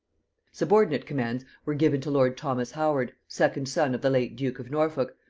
subordinate commands were given to lord thomas howard, second son of the late duke of norfolk,